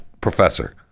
Professor